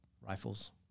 rifles